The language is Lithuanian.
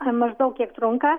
ar maždaug kiek trunka